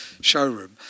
showroom